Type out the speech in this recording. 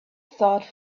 thought